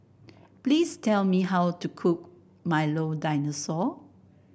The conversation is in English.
please tell me how to cook Milo Dinosaur